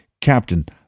Captain